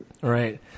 right